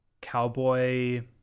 cowboy